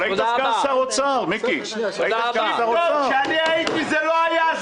אבל היית סגן שר האוצר מיקי --- כשאני הייתי זה לא היה,